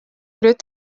grut